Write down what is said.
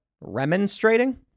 remonstrating